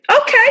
Okay